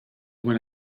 when